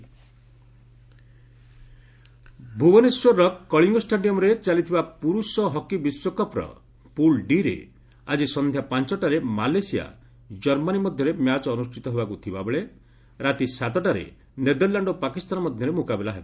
hockey ଭୁବନେଶ୍ୱରର କଳିଙ୍ଗ ଷ୍ଟାଡିୟମ୍ରେ ଚାଲିଥିବା ପୁରୁଷ ହକି ବିଶ୍ୱକପ୍ର ପୁଲ୍ ଡି ରେ ଆଜି ସନ୍ଧ୍ୟା ପାଞ୍ଚଟାରେ ମାଲେସିଆ କର୍ମାନୀ ମଧ୍ୟରେ ମ୍ୟାଚ୍ ଅନୁଷ୍ଠିତ ହେବାକୁ ଥିବାବେଳେ ରାତି ସାତଟାରେ ନେଦରଲାଣ୍ଡ ଓ ପାକିସ୍ତାନ ମଧ୍ୟରେ ମୁକାବିଲା ହେବ